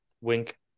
Wink